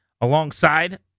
alongside